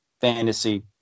fantasy